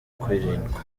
kwirindwa